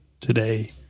today